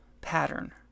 pattern